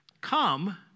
Come